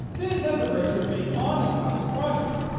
this has the virtue of being honest about his project,